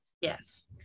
Yes